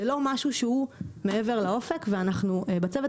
זה לא משהו שהוא מעבר לאופק ואנחנו בצוות